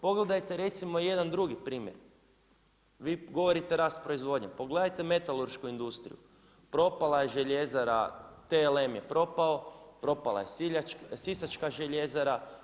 Pogledajte recimo jedan drugi primjer, vi govorite rast proizvodnje, pogledajte metaluršku industriju, propala je Željezara TLM je propao, propala je Sisačka željezara.